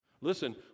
Listen